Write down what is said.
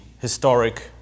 historic